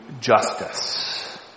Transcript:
justice